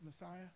Messiah